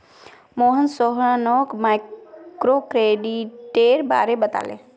मोहन सोहानोक माइक्रोक्रेडिटेर बारे बताले